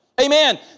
Amen